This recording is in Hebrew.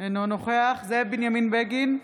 אינו נוכח זאב בנימין בגין,